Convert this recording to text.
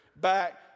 back